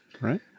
right